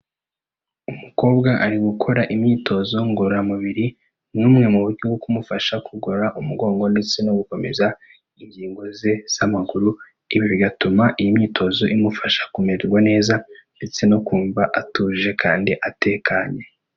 Umukobwa ari gukora imyitozo ngororamubiri nka bumwe mu buryo bwo kumufasha kugorora umugongo ndetse no gukomeza ingingo ze z'amaguru, ibi bigatuma iyi myitozo imufasha kumererwa neza ndetse no kumva atuje kandi atekanye.